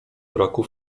braku